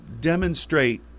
demonstrate